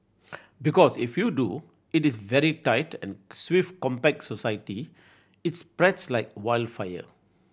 because if you do it is very tight and swift compact society it's spreads like wild fire